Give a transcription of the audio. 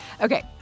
Okay